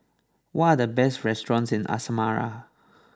what are the best restaurants in Asmara